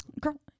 girl